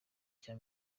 cya